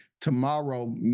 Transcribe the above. tomorrow